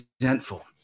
resentful